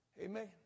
Amen